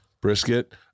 Brisket